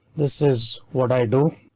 this is what i do.